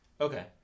Okay